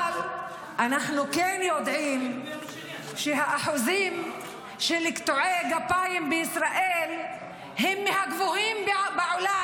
אבל אנחנו כן יודעים שהאחוזים של קטועי גפיים בישראל הם מהגבוהים בעולם.